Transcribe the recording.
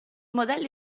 modelli